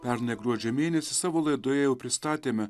pernai gruodžio mėnesį savo laidoje jau pristatėme